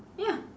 ya